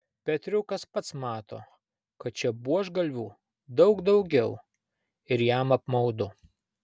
petriukas pats mato kad čia buožgalvių daug daugiau ir jam apmaudu